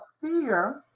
fear